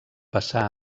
passà